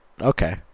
okay